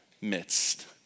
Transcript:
midst